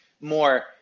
more